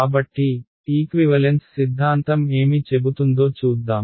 కాబట్టి ఈక్వివలెన్స్ సిద్ధాంతం ఏమి చెబుతుందో చూద్దాం